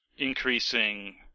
increasing